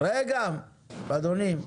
רגע, אדוני.